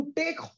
take